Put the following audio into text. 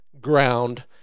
ground